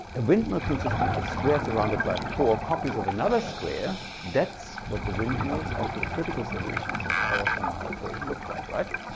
a windmill consisting of a square surrounded by four copies of another square. that's what the windmills of the critical solutions of our fermat equation looked like right.